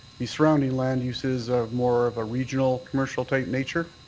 the surrounding land uses are more of a regional commercial-type nature.